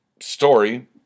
story